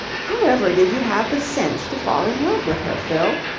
however did you have the sense to fall in love with her, fill?